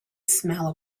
smell